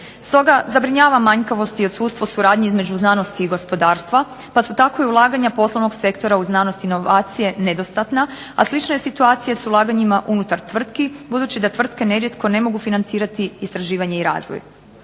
Stoga zabrinjava manjkavost i odsustvo suradnje između znanosti i gospodarstva pa su tako i ulaganja poslovnog sektora u znanosti i inovacije nedostatna, a slične situacije su s ulaganjima unutar tvrtki, budući da tvrtke nerijetko ne mogu financirati istraživanje i razvoj.